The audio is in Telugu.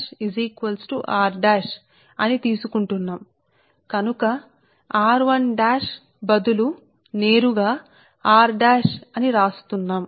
4605 log D1 1 r కానీ మేము కొన్ని కారణాల వల్ల 1 ని పెడుతున్నాము